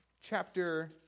Chapter